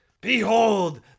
Behold